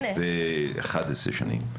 11 שנים.